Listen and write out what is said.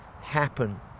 happen